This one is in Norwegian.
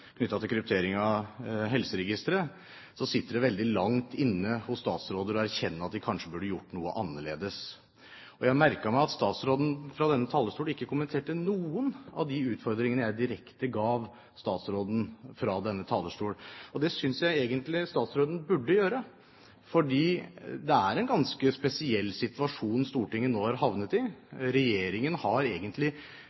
knyttet til kryptering av helseregistre, at det sitter veldig langt inne hos statsråder å erkjenne at de kanskje burde gjort noe annerledes. Jeg merket meg at statsråden fra denne talerstol ikke kommenterte noen av de utfordringene jeg direkte ga statsråden fra denne talerstol. Det synes jeg egentlige statsråden burde gjøre, for det er en ganske spesiell situasjon Stortinget nå har havnet i.